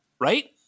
Right